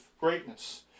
greatness